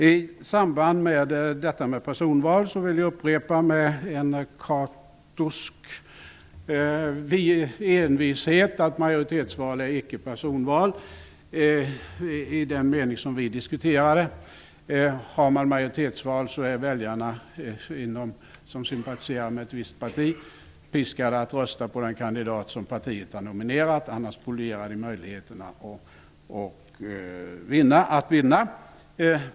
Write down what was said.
I samband med frågan om personval vill jag upprepa med Catos envishet att majoritetsval icke är personval i den mening som vi har diskuterat. Vid majoritetsval är de väljare som sympatiserar med ett visst parti piskade att rösta på den kandidat som partiet har nominerat, annars spolierar de dennes möjligheter att vinna.